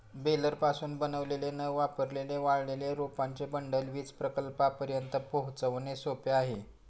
बेलरपासून बनवलेले न वापरलेले वाळलेले रोपांचे बंडल वीज प्रकल्पांपर्यंत पोहोचवणे सोपे आहे